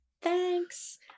thanks